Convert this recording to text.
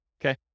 Okay